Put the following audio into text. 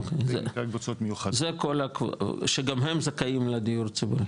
אוקי זה כל, שגם הם זכאים לדיור ציבורי?